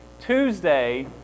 Tuesday